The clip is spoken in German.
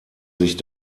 sich